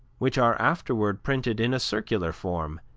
which are afterward printed in a circular form,